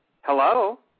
Hello